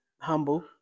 Humble